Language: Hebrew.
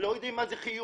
לא יודעים מה זה חיוך.